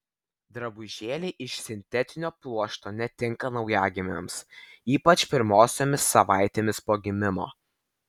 drabužėliai iš sintetinio pluošto netinka naujagimiams ypač pirmosiomis savaitėmis po gimimo